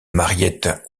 mariette